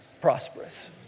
prosperous